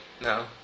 No